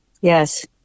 Yes